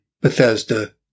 Bethesda